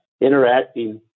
interacting